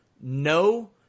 no